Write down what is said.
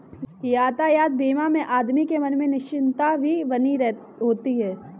यातायात बीमा से आदमी के मन में निश्चिंतता भी बनी होती है